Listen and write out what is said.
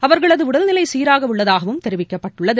அவர்களதுஉடல்நிலைசீராகஉள்ளதாகவும் தெரிவிக்கப்பட்டுள்ளது